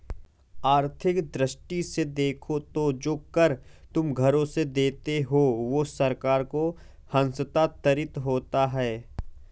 आर्थिक दृष्टि से देखो तो जो कर तुम घरों से देते हो वो सरकार को हस्तांतरित होता है